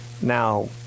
Now